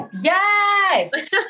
Yes